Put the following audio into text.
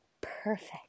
perfect